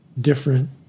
different